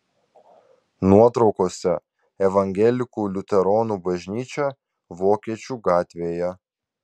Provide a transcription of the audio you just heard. nuotraukose evangelikų liuteronų bažnyčia vokiečių gatvėje